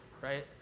right